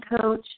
coach